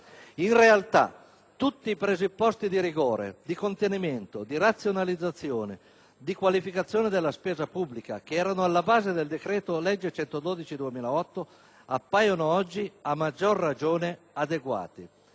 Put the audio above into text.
In realtà, tutti i presupposti di rigore, di contenimento, di razionalizzazione, di qualificazione della spesa pubblica che erano alla base del decreto-legge n. 112 del 2008 appaiono oggi a maggior ragione adeguati.